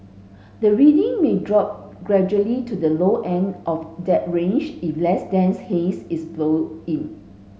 the reading may drop gradually to the low end of that range if less dense haze is blown in